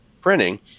printing